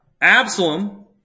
Absalom